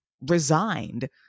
resigned